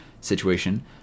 situation